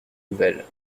nouvelles